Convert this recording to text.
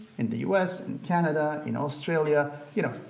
in the u s, in canada, in australia, you know,